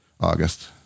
August